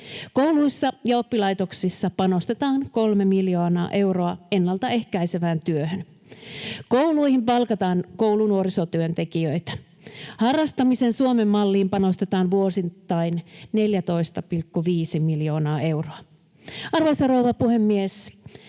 Kouluissa ja oppilaitoksissa panostetaan 3 miljoonaa euroa ennalta ehkäisevään työhön. Kouluihin palkataan koulunuorisotyöntekijöitä. Harrastamisen Suomen malliin panostetaan vuosittain 14,5 miljoonaa euroa. Arvoisa rouva puhemies!